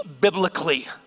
biblically